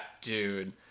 Dude